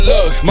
Look